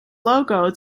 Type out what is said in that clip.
logo